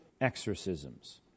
exorcisms